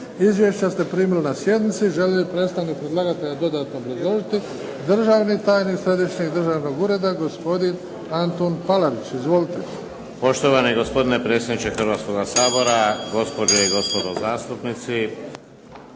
Izvješća ste primili na sjednici. Želi li predstavnik predlagatelja dodatno obrazložiti? Državni tajni Središnjeg državnog ureda gospodin Antun Palarić. Izvolite. **Palarić, Antun** Poštovani gospodine predsjedniče Hrvatskoga sabora, gospođe i gospodo zastupnici.